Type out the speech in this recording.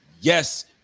yes